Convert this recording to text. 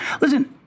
Listen